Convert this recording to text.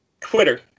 Twitter